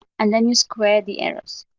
and then you square the errors.